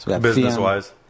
Business-wise